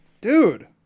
dude